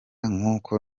nkuko